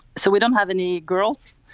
so we don't have any girls.